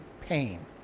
pain